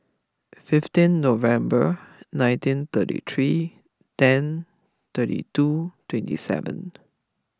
fifteen November nineteen thirty three ten thirty two twenty seven